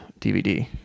DVD